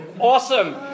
Awesome